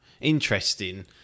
interesting